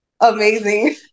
Amazing